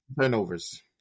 turnovers